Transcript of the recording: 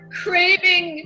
craving